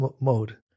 mode